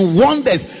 wonders